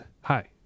hi